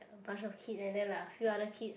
a bunch of kid and then a like few other kids